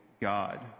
god